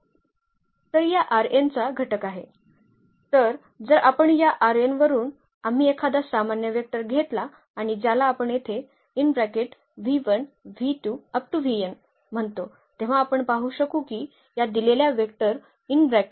दुसरे उदाहरण जिथे आपण वेक्टर स्पेसबद्दल बोलत आहोत त्या सर्व बहुपयोगी सर्व समान बहुपदांचा पुन्हा हे उदाहरण आम्ही पाहिले की हे वेक्टर स्पेस बनवते आणि आता आपण या सेट बद्दल येथे बोलत आहोत